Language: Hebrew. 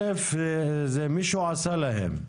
זה מישהו עשה להם,